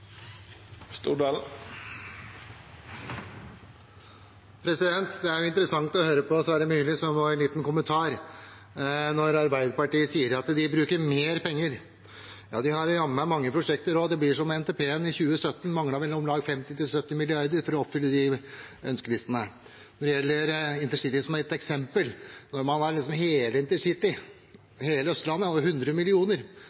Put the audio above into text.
Det er interessant å høre på Sverre Myrli, så jeg må ha en liten kommentar. Arbeiderpartiet sier at de bruker mer penger. Ja, de har jammen mange prosjekter også. Det blir som NTP-en i 2017. Det manglet vel om lag 50–70 mrd. kr for å oppfylle de ønskelistene. Når det gjelder intercity, som et eksempel: Når man har hele intercity, hele